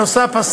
נוסף על כך,